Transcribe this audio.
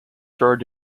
started